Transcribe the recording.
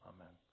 Amen